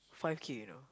five K you know